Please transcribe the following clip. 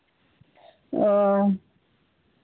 ᱚᱻ